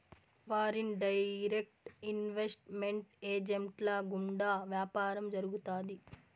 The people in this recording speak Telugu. ఫారిన్ డైరెక్ట్ ఇన్వెస్ట్ మెంట్ ఏజెంట్ల గుండా వ్యాపారం జరుగుతాది